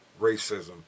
racism